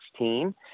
2016